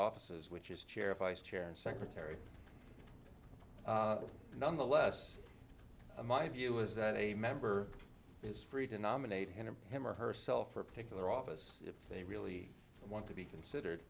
offices which is chair of ice chair and secretary nonetheless a my view is that a member is free to nominate him for him or herself for a particular office if they really want to be considered